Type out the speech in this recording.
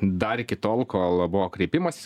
dar iki tol kol buvo kreipimasis